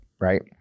Right